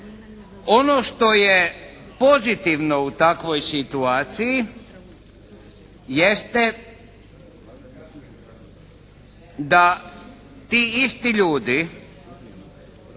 Ono što je pozitivno u takvoj situaciji jeste da ti isti ljudi